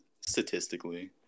statistically